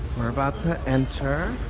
we're about to enter.